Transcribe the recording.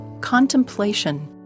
contemplation